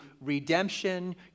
redemption